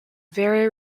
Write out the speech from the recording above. very